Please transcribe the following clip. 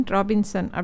Robinson